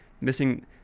missing